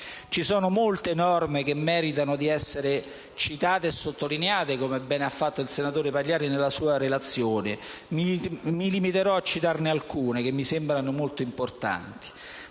Ci sono molte norme che meritano di essere sottolineate, come ben ha fatto il senatore Pagliari nella sua relazione; mi limiterò a citarne alcune che mi sembrano molto importanti.